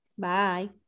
Bye